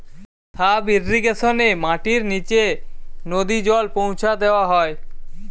sub ইর্রিগেশনে মাটির নিচে নদী জল পৌঁছা দেওয়া হয়